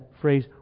phrase